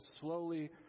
slowly